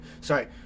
sorry